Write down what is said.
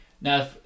Now